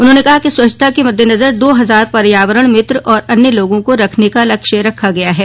उन्होंने कहा कि स्वच्छता के मददेनजर दो हजार पर्यावरण मित्र और अन्य लोगों को रखने का लक्ष्य रखा गया है